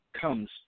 comes